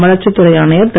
வளர்ச்சித் துறை ஆணையர் திரு